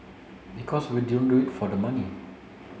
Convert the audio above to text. because we don't do it for the money